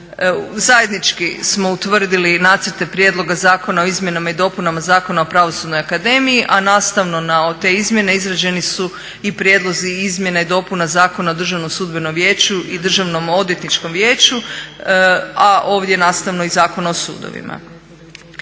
Zajednički smo utvrdili nacrte prijedloga zakona o izmjenama i dopunama Zakona o Pravosudnoj akademiji, a nastavno na te izmjene izrađeni su i prijedlozi izmjena i dopuna Zakona o Državnom sudbenom vijeću i Državnom odvjetničkom vijeću, a ovdje nastavno i Zakona o sudovima.